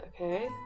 Okay